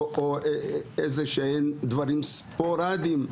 או איזה שהם דברים ספורדיים.